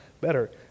better